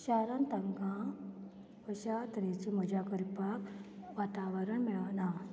शारान तांकां अशा तरेची मजा करपाक वातावरण मेळना